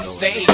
say